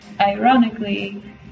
ironically